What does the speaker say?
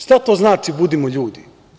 Šta to znači budimo ljudi?